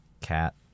cat